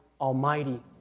almighty